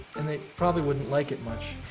and they probably wouldn't like it much.